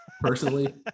personally